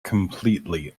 completely